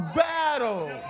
battle